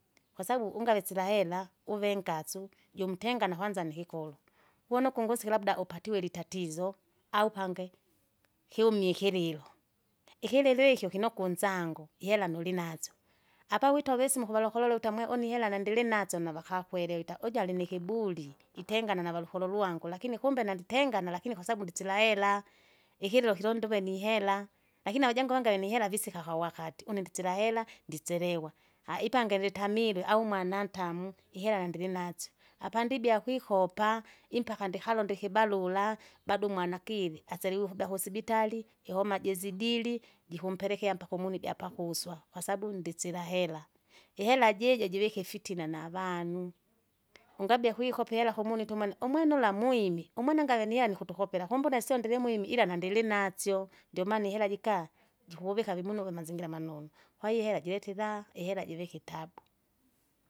Kwasabu ungave sila hera, uve ngasu, jumtengana kwanza nikikolo, uwune kungusiki labda upatiwe litatizo litatizo au pande! kyumie ikililo, ikilili ikyo kinokwa unsango, ihera mulinasyo, apa witowa isimo kuwalokolola uta mwe une ihera nandilinasyo navakakwelewi ita uju alinikiburi, itengana na valokolo lwangu, lakini kumbe nanditengana lakini kwasabu ndisila hera. Ikililo kilonda uve nihera, lakini avajangu avangi valinihera visika kwawakati, une nditsila hera nditselewa, aaha! ipange litamirwe au umwana ntamu, ihera nandirinatsyo. Apa ndibia kwikopa impaka ndikalonde ikibarura, bado umwana kiri, aseliwa ukubya kusibitari, ihoma jizidili, jikumpelekea mpaka umunu umunu ijapakuswa, kwasabu nditsira hera, ihera jijo jivike ifitina navanu, ungabie kwikopa ihera ukumu itumwene umwene ulamwimi, umwene ngave nihera nikutukopera, kumbone syondile mwimi ila nandilinasyo, ndiomaana ihera jika, jikukuvika vimunu uwe mazingira manonu, kwahiyo ihera jireta iraha, ihera jivika itabu.